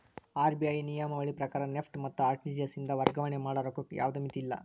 RBI ನಿಯಮಾವಳಿ ಪ್ರಕಾರ NEFT ಮತ್ತ ಆರ್.ಟಿ.ಜಿ.ಎಸ್ ಇಂದ ವರ್ಗಾವಣೆ ಮಾಡ ರೊಕ್ಕಕ್ಕ ಯಾವ್ದ್ ಮಿತಿಯಿಲ್ಲ